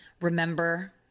remember